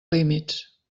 límits